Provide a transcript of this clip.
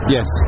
Yes